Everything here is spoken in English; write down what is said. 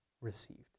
received